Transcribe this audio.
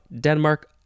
Denmark